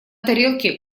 тарелке